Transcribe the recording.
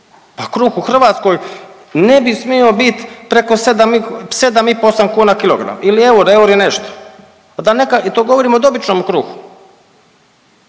Pa kruh u Hrvatskoj ne bi smio biti preko 7 i pol, 8 kuna kilogram ili eur, eur i nešto. I to govorim o običnom kruhu.